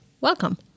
Welcome